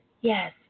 Yes